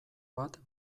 bat